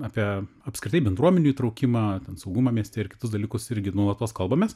apie apskritai bendruomenių įtraukimą ten saugumą mieste ir kitus dalykus irgi nuolatos kalbamės